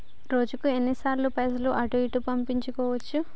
రోజుకు ఎన్ని సార్లు పైసలు అటూ ఇటూ పంపించుకోవచ్చు?